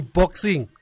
boxing